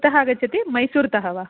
कुतः आगच्छति मैसूर्तः वा